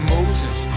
Moses